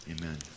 Amen